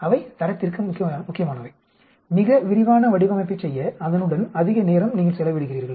அவை தரத்திற்கு முக்கியமானவை மிக விரிவான வடிவமைப்பைச் செய்ய அதனுடன் அதிக நேரம் நீங்கள் செலவிடுகிறீர்கள்